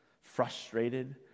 frustrated